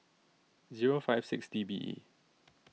zero five six D B E